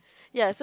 ya so